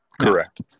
Correct